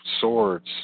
swords